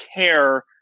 care